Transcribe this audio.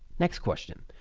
next question,